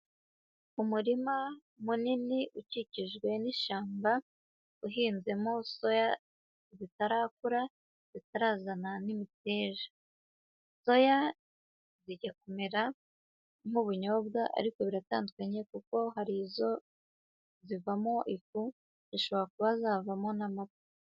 Umurima munini ukikijwe n'ishyamba, uhinzemo soya zitarakura, zitarazana n'imiteja. Soya zijya kumera, nk'ubunyobwa ariko biratandukanye kuko hari izo, zivamo ifu, zishobora kuba zavamo n'amata.